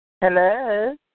Hello